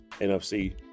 nfc